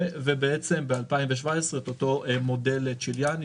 ובעצם ב-2017 את אותו מודל צ'יליאני,